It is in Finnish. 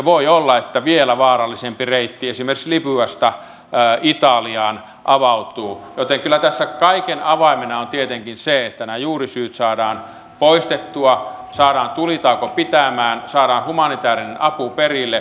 voi olla että vielä vaarallisempi reitti esimerkiksi libyasta italiaan avautuu joten kyllä tässä kaiken avaimena on tietenkin se että nämä juurisyyt saadaan poistettua saadaan tulitauko pitämään saadaan humanitäärinen apu perille